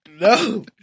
No